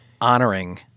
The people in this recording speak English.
honoring